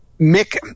Mick